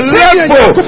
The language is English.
level